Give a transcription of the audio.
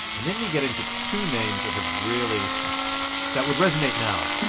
and then you get into two names that have really that would resonate now.